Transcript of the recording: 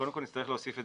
קודם כל, נצטרך להוסיף את